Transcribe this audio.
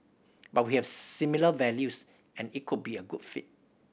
but we have similar values and it could be a good fit